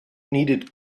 needed